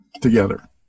together